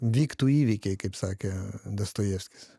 vyktų įvykiai kaip sakė dostojevskis